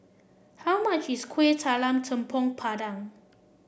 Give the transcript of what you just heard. how much is Kueh Talam Tepong Pandan